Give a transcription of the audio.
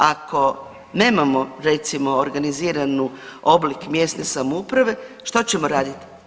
Ako nemamo, recimo, organiziranu oblik mjesne samouprave, što ćemo raditi?